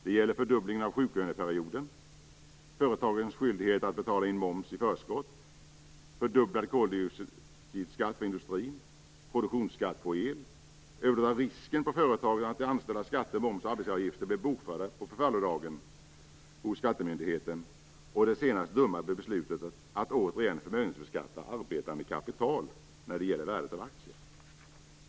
Det gäller fördubblingen av sjuklöneperioden, företagens skyldighet att betala in moms i förskott, fördubblad koldioxidskatt för industrin, produktionsskatt på el, överlåtande av risken på företagen att de anställdas skatter, moms och arbetsgivaravgifter blir bokförda på förfallodagen hos skattemyndigheten och det senaste dumma beslutet att återigen förmögenhetsbeskatta arbetande kapital när det gäller värdet av aktier.